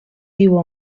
viu